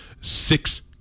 six